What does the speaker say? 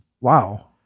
Wow